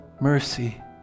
mercy